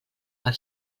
per